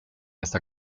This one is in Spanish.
esta